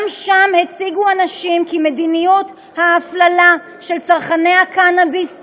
גם שם הציגו אנשים כי מדיניות ההפללה של צרכני הקנאביס נכשלה,